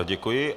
Děkuji.